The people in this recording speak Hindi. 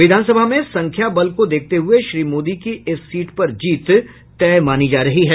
विधानसभा में संख्या बल को देखते हुए श्री मोदी की इस सीट पर जीत तय मानी जा रही है